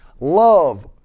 love